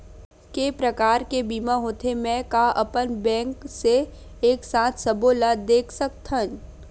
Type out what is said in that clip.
के प्रकार के बीमा होथे मै का अपन बैंक से एक साथ सबो ला देख सकथन?